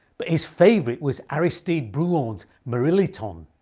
but his favourite was artistide bruant's mirliton.